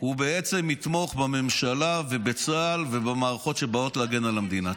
הוא יתמוך בממשלה ובצה"ל ובמערכות שבאות להגן על המדינה.